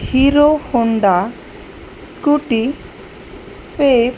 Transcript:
hero Honda Scooty pay